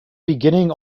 beginning